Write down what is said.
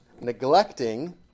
neglecting